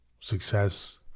success